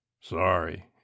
Sorry